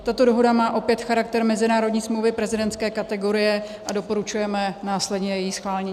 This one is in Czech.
Tato dohoda má opět charakter mezinárodní smlouvy prezidentské kategorie a doporučujeme následně její schválení.